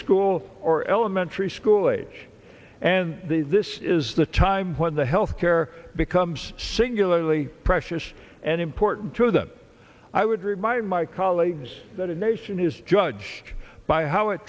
preschool or elementary school age and this is the time when the health care becomes singularly precious and important to them i would remind my colleagues that a nation this judge by how it